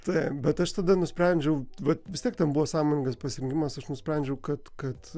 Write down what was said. taip bet aš tada nusprendžiau vat vis tiek ten buvo sąmoningas pasirinkimas aš nusprendžiau kad kad